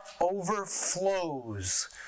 overflows